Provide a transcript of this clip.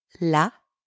la